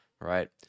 right